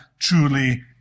truly